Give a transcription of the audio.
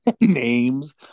names